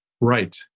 Right